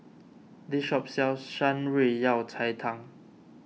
this shop sells Shan Rui Yao Cai Tang